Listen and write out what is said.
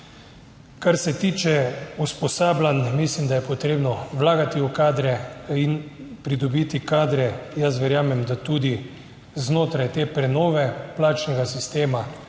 Kar se tiče usposabljanj, mislim, da je potrebno vlagati v kadre in pridobiti kadre. Jaz verjamem, da tudi znotraj te prenove plačnega sistema